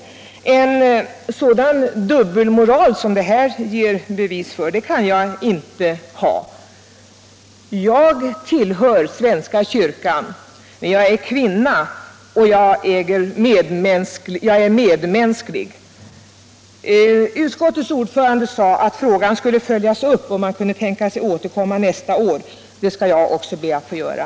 Jag kan inte acceptera en dubbelmoral som den som det här har givits uttryck för. Jag tillhör svenska kyrkan, jag är även kvinna och medmänsklig. Utskottets ordförande sade att frågan skulle följas upp och att man kunde tänka sig att återkomma nästa år. Det skall också jag be att få göra.